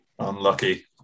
Unlucky